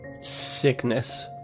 sickness